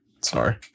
Sorry